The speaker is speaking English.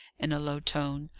in a low tone,